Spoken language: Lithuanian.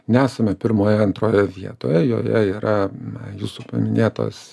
nesame pirmoje antroje vietoje joje yra na jūsų paminėtos